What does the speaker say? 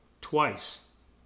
Twice